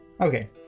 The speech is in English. Okay